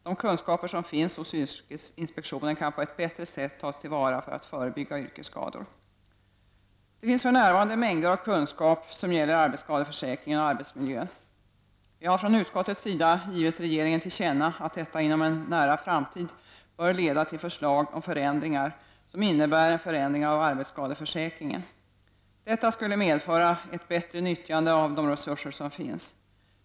De kunskaper som finns hos yrkesinspektionen kan på ett bättre sätt tas till vara för att förebygga yrkesskador. Det finns för närvarande mängder av kunskap som gäller arbetsskadeförsäkringen och arbetsmiljön. Vi har från utskottets sida givit regeringen till känna att detta inom en nära framtid bör leda till förslag om förändringar som innebär en förändring av arbetsskadeförsäkringen. Detta skulle medföra ett bättre nyttjande av de resurser som finns.